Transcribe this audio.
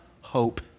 hope